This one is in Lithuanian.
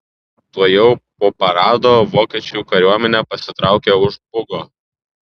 tuojau po parado vokiečių kariuomenė pasitraukė už bugo